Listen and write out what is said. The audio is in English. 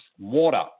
water